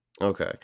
Okay